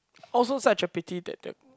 also such a pity that that